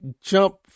jump